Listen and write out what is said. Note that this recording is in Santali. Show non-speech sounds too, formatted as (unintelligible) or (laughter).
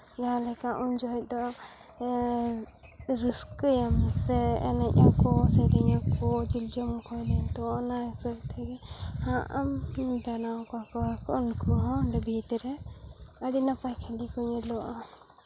ᱡᱟᱦᱟᱸ ᱞᱮᱠᱟ ᱩᱱ ᱡᱚᱠᱷᱚᱡ ᱫᱚ ᱨᱟᱹᱥᱠᱟᱹᱭᱟᱢ ᱥᱮ ᱮᱱᱮᱡ ᱟᱠᱚ ᱥᱮᱨᱮᱧ ᱟᱠᱚ (unintelligible) ᱱᱤᱛᱚᱜ ᱚᱱᱟ ᱦᱤᱥᱟᱹᱵ ᱛᱮᱜᱮ ᱟ ᱵᱮᱱᱟᱣ ᱠᱟᱠᱚ ᱟᱠᱚ ᱩᱱᱠᱩ ᱦᱚᱸ ᱵᱷᱤᱛ ᱨᱮ ᱟᱹᱰᱤ ᱱᱟᱯᱟᱭ ᱠᱷᱟᱹᱞᱤ ᱠᱚ ᱧᱮᱞᱚᱜᱼᱟ